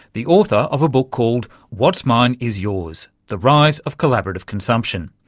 the author of a book called what's mine is yours the rise of collaborative consumption.